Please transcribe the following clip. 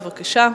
בבקשה.